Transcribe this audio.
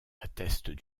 attestent